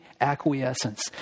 acquiescence